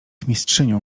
mistrzynią